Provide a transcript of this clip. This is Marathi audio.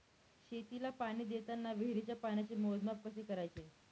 शेतीला पाणी देताना विहिरीच्या पाण्याचे मोजमाप कसे करावे?